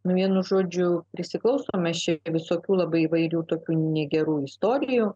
nu vienu žodžiu prisiklausome šiaip visokių labai įvairių tokių negerų istorijų